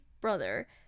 brother